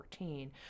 2014